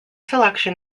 selection